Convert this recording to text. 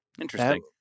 Interesting